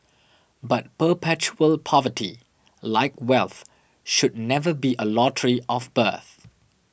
but perpetual poverty like wealth should never be a lottery of birth